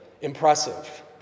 impressive